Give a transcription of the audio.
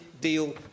deal